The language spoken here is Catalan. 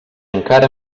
encara